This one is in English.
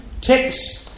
Tips